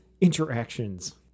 interactions